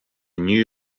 new